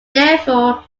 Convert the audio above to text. therefore